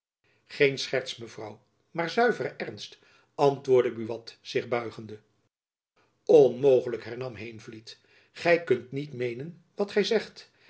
geen scherts mevrouw maar zuivere ernst antwoordde buat zich buigende onmogelijk hernam heenvliet gy kunt niet meenen wat gy zegt